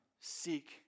seek